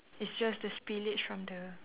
it's just the spillage from the